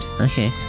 Okay